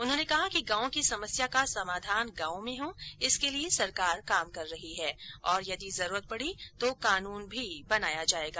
उन्होंने कहा कि गांव की समस्या का समाधान गांव में हो इसके लिए सरकार काम कर रही है और यदि जरूरत पडी तो कानून भी बनाया जायेगा